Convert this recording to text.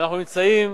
אנחנו נמצאים